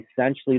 Essentially